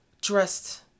dressed